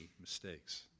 mistakes